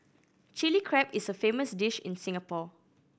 Chilli Crab is a famous dish in Singapore